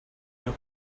you